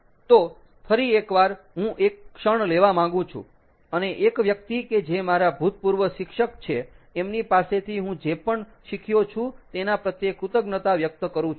તો ફરી એકવાર હું એક ક્ષણ લેવા માંગુ છું અને એક વ્યક્તિ કે જે મારા ભૂતપૂર્વ શિક્ષક છે એમની પાસેથી હું જે પણ શીખ્યો છું તેના પ્રત્યે કૃતજ્ઞતા વ્યક્ત કરું છું